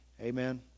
Amen